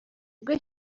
bwe